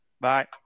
Bye